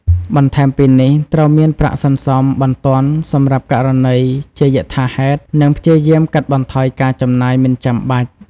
បន្ថែមពីនេះ ត្រូវមានប្រាក់សន្សំបន្ទាន់សម្រាប់ករណីជាយថាហេតុនិងព្យាយាមកាត់បន្ថយការចំណាយមិនចាំបាច់។